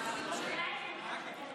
אני איתך, אני איתך.